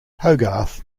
hogarth